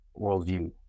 worldview